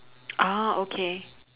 ah okay